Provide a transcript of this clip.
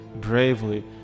bravely